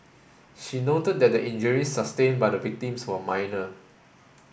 she noted that the injuries sustained by the victims were minor